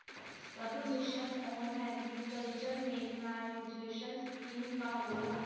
सब mission on agriculture mechanisation scheme का होला?